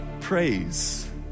praise